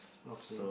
okay